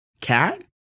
cat